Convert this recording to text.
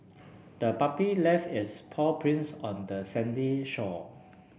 the puppy left its paw prints on the sandy shore